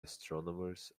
astronomers